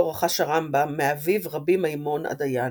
רכש הרמב"ם מאביו רבי מימון הדיין,